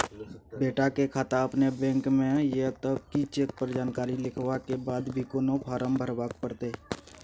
बेटा के खाता अपने बैंक में ये तब की चेक पर जानकारी लिखवा के बाद भी कोनो फारम भरबाक परतै?